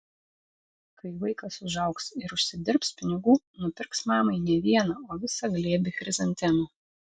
kai vaikas užaugs ir užsidirbs pinigų nupirks mamai ne vieną o visą glėbį chrizantemų